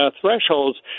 thresholds